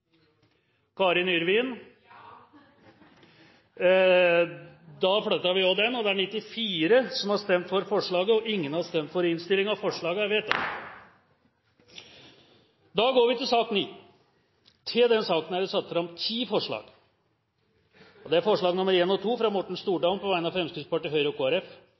er det 94 som har stemt for forslaget og ingen har stemt for innstillingen. Forslaget fra Fremskrittspartiet, Høyre og Kristelig Folkeparti er dermed enstemmig vedtatt. Under debatten er det satt fram i alt ti forslag. Det er forslagene nr. 1 og 2, fra Morten Stordalen på vegne av Fremskrittspartiet, Høyre og